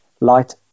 light